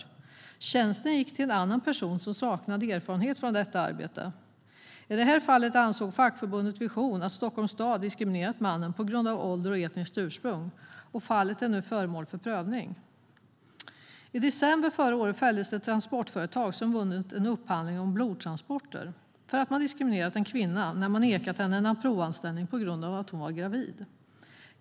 Men tjänsten gick till en annan person som saknade erfarenhet från detta arbete. I det här fallet ansåg fackförbundet Vision att Stockholms stad diskriminerat mannen på grund av ålder och etniskt ursprung. Fallet är nu föremål för prövning. I december förra året fälldes ett transportföretag som vunnit en upphandling om blodtransporter för att man diskriminerat en kvinna när man nekat henne en provanställning på grund av att hon var gravid.